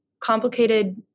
complicated